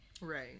Right